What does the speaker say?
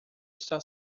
está